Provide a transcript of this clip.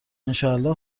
انشااله